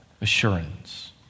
assurance